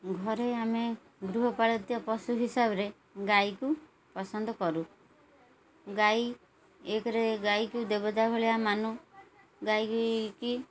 ଘରେ ଆମେ ଗୃହପାଳିତ ପଶୁ ହିସାବରେ ଗାଈକୁ ପସନ୍ଦ କରୁ ଗାଈ ଏକରେ ଗାଈକୁ ଦେବତା ଭଳିଆ ମାନୁ ଗାଈକି